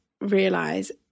realize